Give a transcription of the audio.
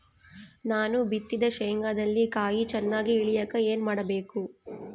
ನಾನು ಬಿತ್ತಿದ ಶೇಂಗಾದಲ್ಲಿ ಕಾಯಿ ಚನ್ನಾಗಿ ಇಳಿಯಕ ಏನು ಮಾಡಬೇಕು?